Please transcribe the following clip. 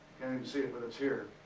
see it, but it's here.